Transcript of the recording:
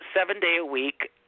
seven-day-a-week